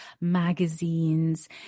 magazines